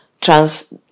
trans